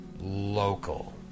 local